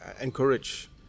encourage